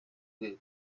rwego